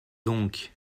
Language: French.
donc